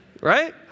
Right